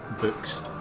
books